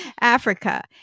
Africa